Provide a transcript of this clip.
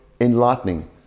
enlightening